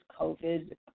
COVID